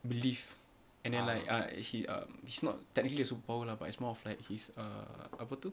belief and then like ah actually um it's not technically a superpower lah but it's more of like it's err apa tu